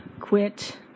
quit